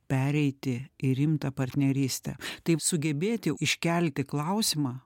pereiti į rimtą partnerystę taip sugebėti iškelti klausimą